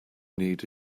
need